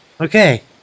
Okay